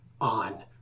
On